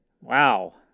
Wow